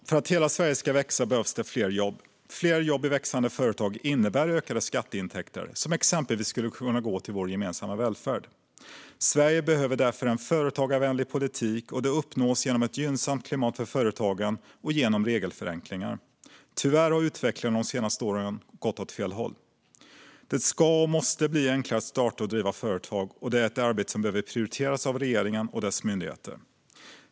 För att hela Sverige ska växa behövs det fler jobb. Fler jobb i växande företag innebär ökade skatteintäkter, som exempelvis skulle kunna gå till vår gemensamma välfärd. Sverige behöver därför en företagarvänlig politik, och det uppnås genom ett gynnsamt klimat för företagen och genom regelförenklingar. Tyvärr har utvecklingen de senaste åren gått åt fel håll. Det ska och måste bli enklare att starta och driva företag, och det är ett arbete som behöver prioriteras av regeringen och dess myndigheter.